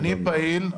אני פעיל,